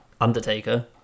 Undertaker